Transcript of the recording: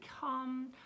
come